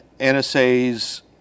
NSA's